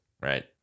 Right